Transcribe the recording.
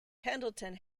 pendleton